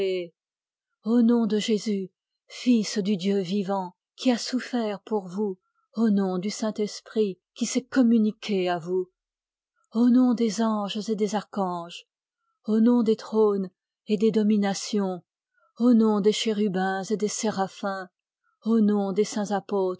au nom de jésus fils du dieu vivant qui a souffert pour vous au nom du saint-esprit qui s'est communiqué à vous au nom des anges et des archanges au nom des trônes et des dominations au nom des chérubins et des séraphins au nom des saints apôtres